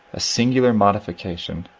a singular modification